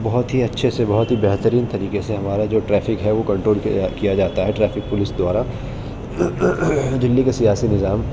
بہت ہی اچھے سے بہت ہی بہترین طریقے سے ہمارا جو ٹریفک ہے وہ کنٹرول کیا کیا جاتا ہے ٹریفک پولیس دوارا دہلی کا سیاسی نظام